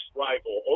rival